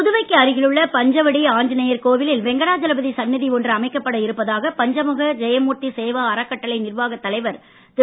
புதுவைக்கு அருகில் உள்ள பஞ்சவடி ஆஞ்சநேயர் கோவிலில் வெங்கடாஜலபதி சன்னதி ஒன்று அமைக்கப்பட இருப்பதாக பஞ்சமுக ஜெயமூர்த்தி சேவா அறக்கட்டளை நிர்வாக தலைவர் திரு